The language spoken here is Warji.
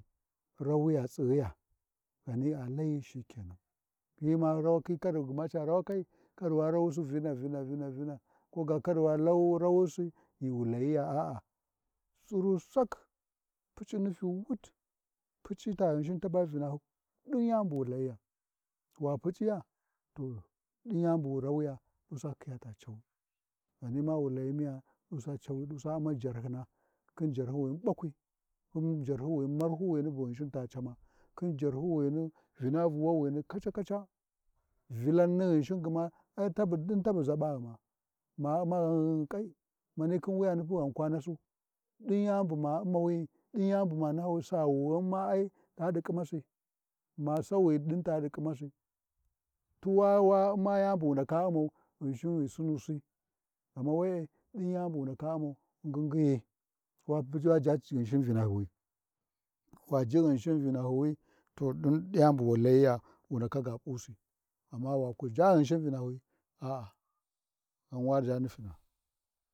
Rawuya tsighiya, ghani a lai shikenan, hyima rawakhi, kar gma ca rawakai wu rawusi Vina-vina vina, koga kar wa rawusi ghi wu layiya, a,a tsuru sak, Puc’u nufyu wut, Puc’i ta Ghinsin taba cimar ɗin yani bu wu Layiya, wa Puc’iya to ɗin yani bu wu layi, wa rawiya ɗusa cawi ghanima wu layi miya ɗusa cawi idusa Umma jarhyina, khon jarhywini be ɓakwi khin jarhyiwi marwhi wi Ghinsin ta cama, khin jarhyiwini, Viravuwawini kaca-kaca Vilan ni Ghinshin gma ci ɗin tabu zaɓaghima ma U’mma ghan ghan ghin ƙai, ma Umma pu wuyanu ghan kwa nasu, ɗin yani bu ma Ummau? ɗin yani buma nahawi’i ghamma we taɗi kimmasi ma saui ɗin ta ɗi ƙimasi tuwa wa-wa U’mma, Ghinsin ghi sunusi ghana we-e, ɗin yani bu wu ndaka Ummau ngingiyi wa ʒha Ghinshin Vinahyiwi, waʒhi Ghinshin rinahywi to ɗin yani bu wu layiya, wu ndaka ga p’usi, amma wa kuʒha Ghinshin Vinahyiwi a,a ghan wa ʒha nufina.